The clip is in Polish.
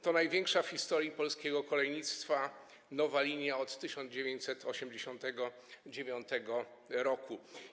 To największa w historii polskiego kolejnictwa nowa linia od 1989 r.